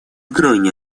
крайне